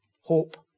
hope